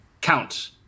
count